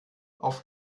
auf